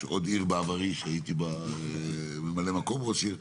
יש בעברי עוד עיר, שהייתי בה ממלא מקום ראש העיר.